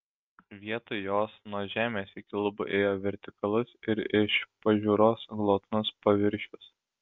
vietoj jos nuo žemės iki lubų ėjo vertikalus ir iš pažiūros glotnus paviršius